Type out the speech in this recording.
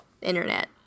internet